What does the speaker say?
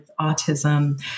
autism